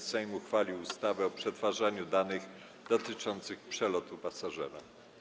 Sejm uchwalił ustawę o przetwarzaniu danych dotyczących przelotu pasażera.